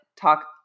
Talk